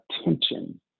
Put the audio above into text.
attention